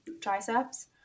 triceps